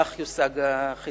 כך יושג החיסכון.